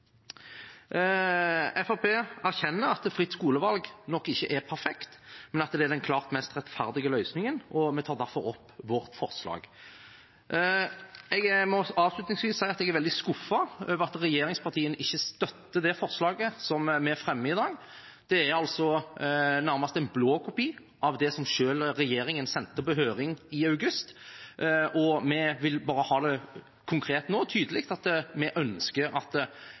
erkjenner at fritt skolevalg nok ikke er perfekt, men at det er den klart mest rettferdige løsningen. Jeg tar derfor opp vårt forslag. Jeg må avslutningsvis si at jeg er veldig skuffet over at regjeringspartiene ikke støtter det forslaget som vi fremmer i dag. Det er nærmest en blåkopi av det som regjeringen selv sendte på høring i august. Vi vil bare ha det konkret nå, tydelig, at vi ønsker at